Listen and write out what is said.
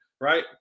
Right